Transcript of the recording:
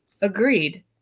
Agreed